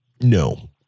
No